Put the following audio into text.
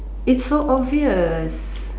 it's so obvious